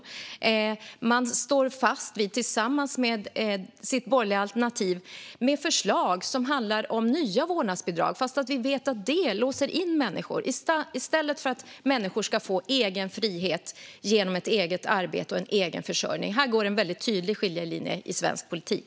Sverigedemokraterna står tillsammans med sitt borgerliga alternativ fast vid förslag som handlar om nya vårdnadsbidrag, trots att vi vet att detta låser in människor. Detta vill ni ha i stället för att människor ska få egen frihet genom ett eget arbete och en egen försörjning. Fru talman! Här går en väldigt tydlig skiljelinje i svensk politik.